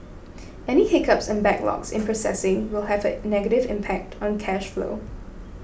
any hiccups and backlogs in processing will have a negative impact on cash flow